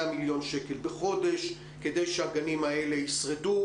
מיליון שקל בחודש כדי שהגנים האלה ישרדו.